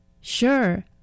Sure